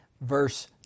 verse